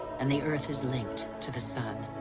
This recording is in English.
and the earth is linked to the sun,